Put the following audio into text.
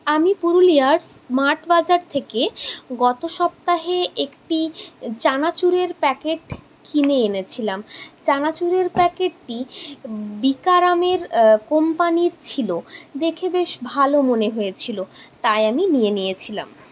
আমি পুরুলিয়ার স্মার্ট বাজার থেকে গত সপ্তাহে একটি চানাচুরের প্যাকেট কিনে এনেছিলাম চানাচুরের প্যাকেটটি বিকারামের কোম্পানির ছিল দেখে বেশ ভালো মনে হয়েছিল তাই আমি নিয়ে নিয়েছিলাম